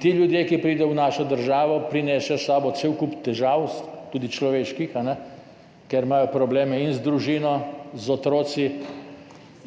Ti ljudje, ki pridejo v našo državo, prinesejo s sabo cel kup težav, tudi človeških, ker imajo probleme z družino, otroki